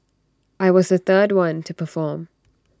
I was the third one to perform